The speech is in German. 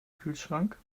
kühlschrank